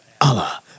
Allah